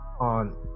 on